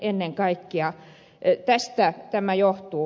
ennen kaikkea tästä tämä johtuu